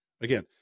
Again